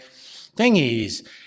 thingies